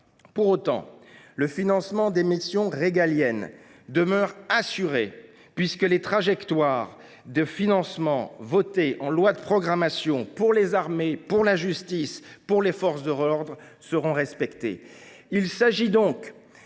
Pour autant, le financement des missions régaliennes demeure assuré, puisque les trajectoires de financement votées en loi de programmation pour les armées, pour la justice et pour les forces de l’ordre seront respectées.